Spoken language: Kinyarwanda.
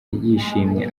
yishimye